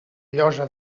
llosa